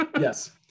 Yes